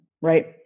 right